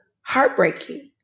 heartbreaking